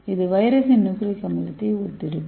இது வைரஸின் நியூக்ளிக் அமிலத்தை ஒத்திருக்கும்